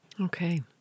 Okay